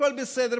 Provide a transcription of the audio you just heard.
הכול בסדר,